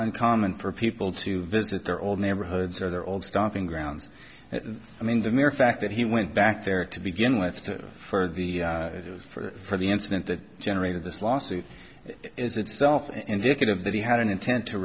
uncommon for people to visit their old neighborhoods or their old stomping grounds and i mean the mere fact that he went back there to begin with for the for the incident that generated this lawsuit is itself indicative that he had an intent to